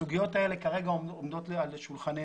הסוגיות האלה כרגע עומדות על שולחננו,